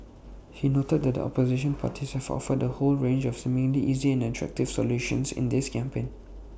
he noted that opposition parties have offered A whole range of seemingly easy and attractive solutions in this campaign